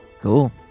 Cool